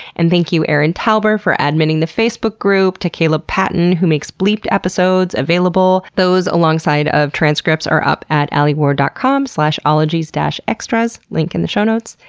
and thank you erin talbert for adminning the facebook group, to caleb patton who makes bleeped episodes available. those, alongside of transcripts are up at alieward dot com ologies-extras link in the show notes.